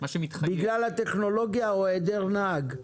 בגלל הטכנולוגיה או היעדר נהג.